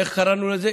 איך קראנו לזה?